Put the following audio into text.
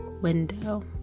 window